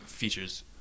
features